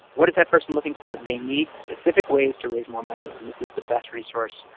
what is that person looking for? they need specific ways to raise more money, and this is the best resource,